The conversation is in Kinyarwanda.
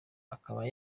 akaba